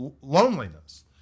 loneliness